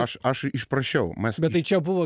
aš aš išprašiau mes bet tai čia buvo